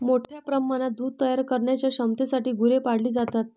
मोठ्या प्रमाणात दूध तयार करण्याच्या क्षमतेसाठी गुरे पाळली जातात